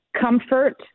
comfort